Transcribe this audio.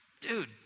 dude